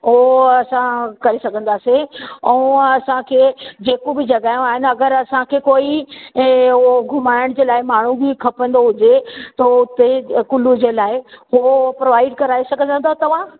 ओ असां करे सघंदासीं ऐं उहो असांखे जेको बि जॻहियूं आहे न अगरि असांखे कोई ए उहो घुमाइण जे लाइ माण्हू बि खपंदो हुजे त उते कुल्लू जे लाइ उहो प्रोवाइड कराए सघंदा छा तव्हां